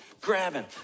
grabbing